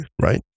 right